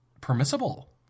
permissible